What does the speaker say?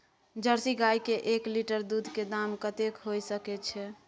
Jersey गाय के एक लीटर दूध के दाम कतेक होय सके छै?